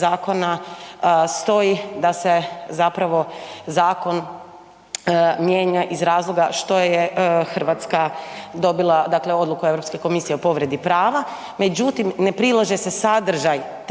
zakona stoji da se zapravo zakon mijenja iz razloga što je Hrvatska dobila, dakle odluku Europske komisije o povredi prava, međutim ne prilaže se sadržaj te